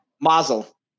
Mazel